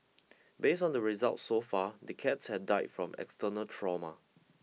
based on the result so far the cats had died from external trauma